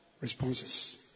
responses